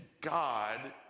God